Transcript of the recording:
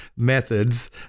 methods